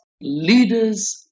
Leaders